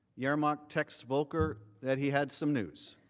yermak text volker that he has some news.